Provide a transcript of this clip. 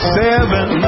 seven